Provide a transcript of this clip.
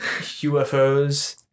UFOs